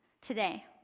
today